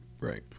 Right